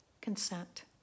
consent